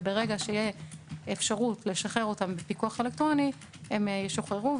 וברגע שתהיה אפשרות לשחרר אותם בפיקוח אלקטרוני הם ישוחררו,